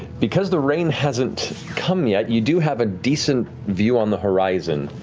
because the rain hasn't come yet, you do have a decent view on the horizon.